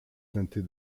teintée